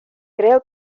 creo